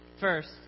First